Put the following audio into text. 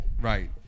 Right